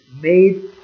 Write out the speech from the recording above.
made